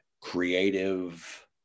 creative